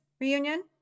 reunion